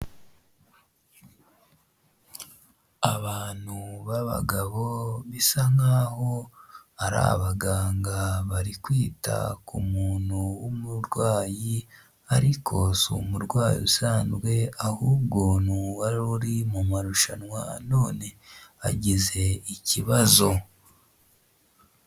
Abantu b'abagabo bisa nkaho ari abaganga bari kwita ku muntu w'umurwayi ariko si umurwayi usanzwe ahubwo ni uwari uri mu marushanwa none agize ikibazo.